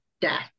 death